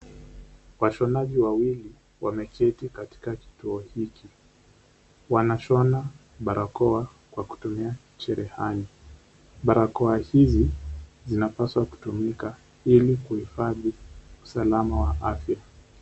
Washonaji wawili, wameketi katika kituo hiki. Wanashona balakoa kwa kutumia jerehani. Balakoa hizi zinapaswa kutumika ili kuhifadhi usalama wa afya.